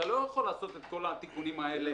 אתה לא יכול לעשות את כל התיקונים האלה רטרואקטיבית.